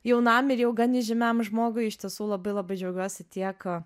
jaunam ir jau gan įžymiam žmogui iš tiesų labai labai džiaugiuosi tiek